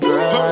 Girl